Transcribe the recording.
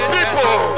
People